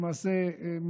למעשה,